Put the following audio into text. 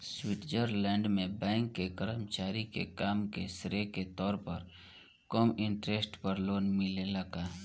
Switzerland में bank के कर्मचारी के काम के श्रेय के तौर पर कम इंटरेस्ट पर लोन मिलेला का?